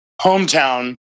hometown